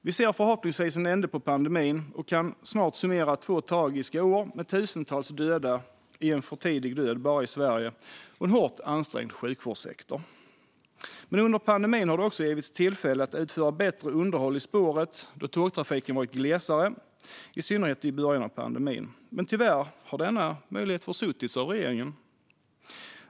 Vi ser förhoppningsvis en ände på pandemin och kan snart summera två tragiska år med tusentals döda i en för tidig död bara i Sverige och en hårt ansträngd sjukvårdssektor. Men under pandemin har det också givits tillfälle att utföra bättre underhåll på spåren då tågtrafiken varit glesare, i synnerhet i början av pandemin. Tyvärr har dock denna möjlighet försuttits av regeringen.